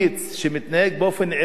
שמתנהג באופן ערכי,